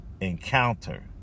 encounter